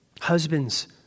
Husbands